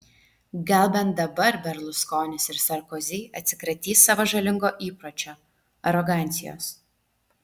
gal bent dabar berluskonis ir sarkozy atsikratys savo žalingo įpročio arogancijos